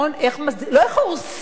לא איך הורסים,